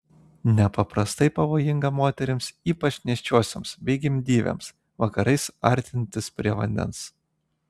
nepaprastai pavojinga moterims ypač nėščiosioms bei gimdyvėms vakarais artintis prie vandens